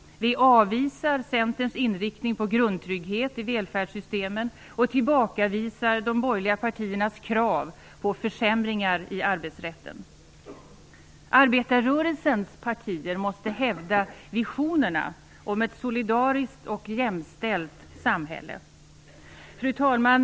Vi avvisar Centerns inriktning på grundtrygghet i välfärdssystemen och tillbakavisar de borgerliga partiernas krav på försämringar i arbetsrätten. Arbetarrörelsens partier måste hävda visionerna om ett solidariskt och jämställt samhälle. Fru talman!